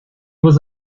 was